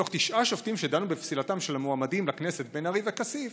מתוך תשעה שופטים שדנו בפסילתם של המועמדים לכנסת בן-ארי וכסיף,